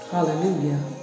Hallelujah